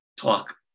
talk